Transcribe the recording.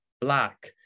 black